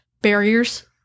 barriers